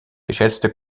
geschätzte